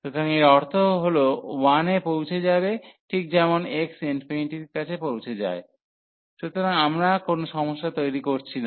সুতরাং এর অর্থ হল 1 এ পৌঁছে যাবে ঠিক যেমন x ∞ এর কাছে পৌঁছায় সুতরাং আমরা কোনও সমস্যা তৈরি করছি না